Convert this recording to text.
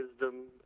wisdom